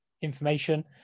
information